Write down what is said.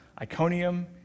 Iconium